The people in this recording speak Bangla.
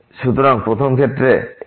সুতরাং প্রথম ক্ষেত্রে আমরা এই